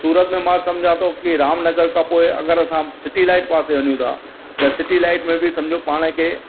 सूरत में सम्झां थो की रामनगर खां पोइ अगरि असां सिटी लाइट पासे वञूं था त सिटी लाइट में बि सम्झो पाण खे